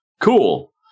cool